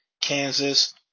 Kansas